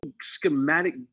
schematic